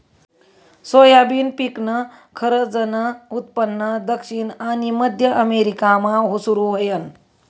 soybean पिकनं खरंजनं उत्पन्न दक्षिण आनी मध्य अमेरिकामा सुरू व्हयनं